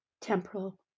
temporal